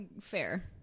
fair